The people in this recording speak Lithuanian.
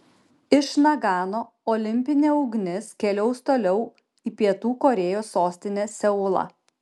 iš nagano olimpinė ugnis keliaus toliau į pietų korėjos sostinę seulą